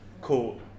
Cool